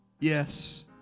yes